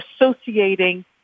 associating